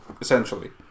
Essentially